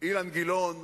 אילן גילאון,